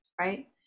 right